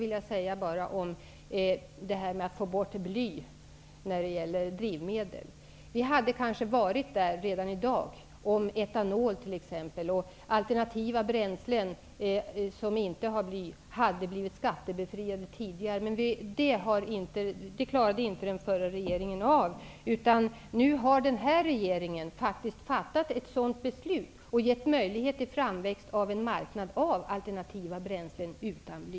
Till slut, herr talman, vill jag säga att vi kanske redan i dag hade fått bort bly i drivmedel om exempelvis etanol och alternativa bränslen, som inte innehåller bly, hade blivit skattebefriade tidigare. Men det klarade den förra regeringen inte av, utan nu har denna regering faktiskt fattat beslutet som ger möjlighet till framväxt av en marknad med alternativa bränslen utan bly.